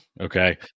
okay